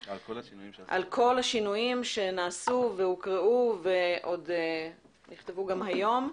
על כל השינויים שנעשו והוקראו ועוד נכתבו גם היום.